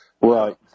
Right